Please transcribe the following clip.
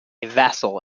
vassal